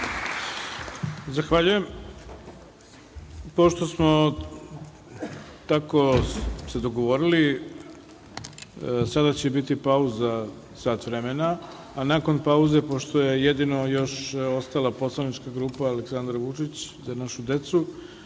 Zahvaljujem. Kao što smo se dogovorili, sada će biti pauza od sat vremena. Nakon pauze, pošto je jedino još ostala poslanička grupa Aleksandar Vučić – Za našu decu,